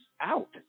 out